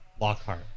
Lockhart